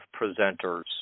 presenters